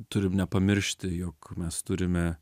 turim nepamiršti jog mes turime